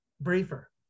briefer